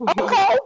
Okay